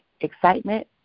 excitement